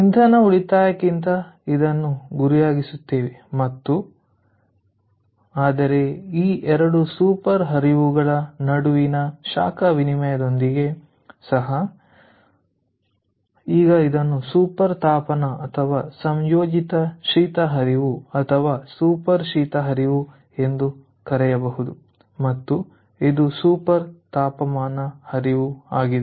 ಇಂಧನ ಉಳಿತಾಯಕ್ಕಾಗಿ ಇದನ್ನು ಗುರಿಯಾಗಿಸುತ್ತೇವೆ ಆದರೆ ಈ 2 ಸೂಪರ್ ಹರಿವುಗಳ ನಡುವಿನ ಶಾಖ ವಿನಿಮಯದೊಂದಿಗೆ ಸಹ ಈಗ ಇದನ್ನು ಸೂಪರ್ ತಾಪನ ಅಥವಾ ಸಂಯೋಜಿತ ಶೀತ ಹರಿವು ಅಥವಾ ಸೂಪರ್ ಶೀತ ಹರಿವು ಎಂದು ಕರೆಯಬಹುದು ಮತ್ತು ಇದು ಸೂಪರ್ ತಾಪನ ಹರಿವು ಆಗಿದೆ